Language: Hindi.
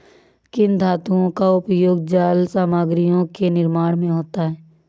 किन धातुओं का उपयोग जाल सामग्रियों के निर्माण में होता है?